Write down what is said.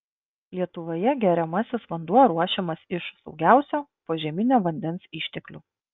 lietuvoje geriamasis vanduo ruošiamas iš saugiausio požeminio vandens išteklių